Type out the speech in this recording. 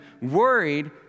worried